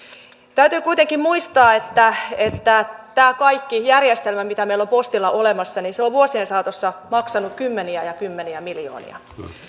täytyy kuitenkin muistaa että että tämä koko järjestelmä mikä meillä on postilla olemassa on vuosien saatossa maksanut kymmeniä ja kymmeniä miljoonia